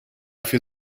für